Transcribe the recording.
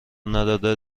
نداده